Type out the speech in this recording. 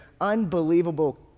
unbelievable